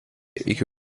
iki